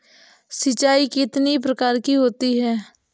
सिंचाई कितनी प्रकार की होती हैं?